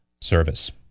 service